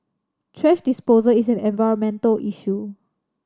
thrash disposal is an environmental issue